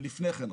לפני כן רק,